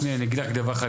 אז אני אגיד לך דבר אחד,